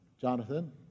Jonathan